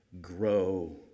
grow